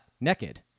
naked